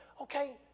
okay